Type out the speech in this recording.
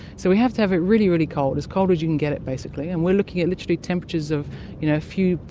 so we have to have it really, really cold, as cold as you can get it, basically. and we're looking at literally temperatures of you know zero.